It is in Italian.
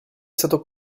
stato